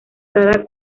cada